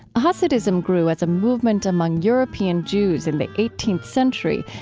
hasidism grew as a movement among european jews in the eighteenth century,